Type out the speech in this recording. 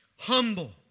humble